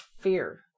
fear